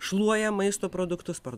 šluoja maisto produktus par